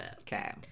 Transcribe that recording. Okay